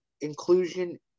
Inclusion